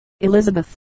Elizabeth